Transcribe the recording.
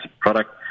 product